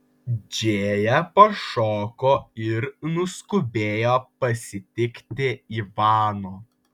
džėja pašoko ir nuskubėjo pasitikti ivano